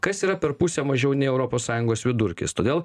kas yra per pusę mažiau nei europos sąjungos vidurkis todėl